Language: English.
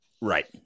Right